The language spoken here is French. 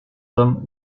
hommes